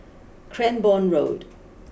Cranborne Road